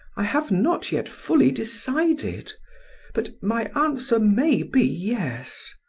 i have not yet fully decided but my answer may be yes.